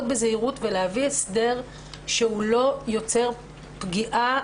בזהירות ולהביא הסדר שלא יוצר פגיעה.